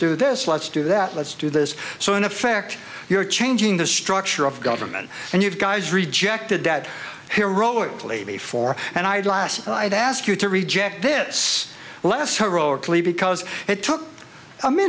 do this let's do that let's do this so in effect you're changing the structure of government and you guys rejected that heroically before and i had last i'd ask you to reject this last heroically because it took